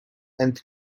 and